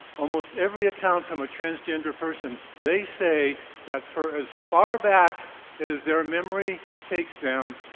almost every account from a transgender person, they say that for as far back as their memory takes them,